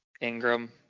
Ingram